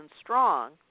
strong